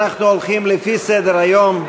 אנחנו הולכים לפי סדר-היום,